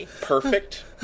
perfect